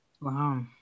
Wow